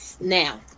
now